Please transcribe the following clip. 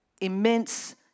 immense